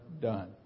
done